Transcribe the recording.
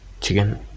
chicken